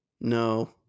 No